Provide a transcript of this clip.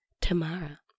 Tamara